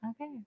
okay